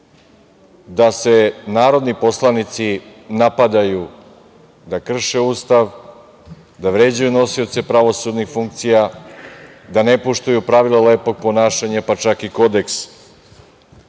da se narodni poslanici napadaju da krše Ustav, da vređaju nosioce pravosudnih funkcija, da ne poštuju pravila lepog ponašanja, pa čak i kodeks